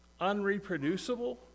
Unreproducible